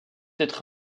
être